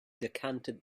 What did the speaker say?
decanted